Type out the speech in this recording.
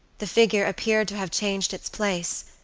the figure appeared to have changed its place,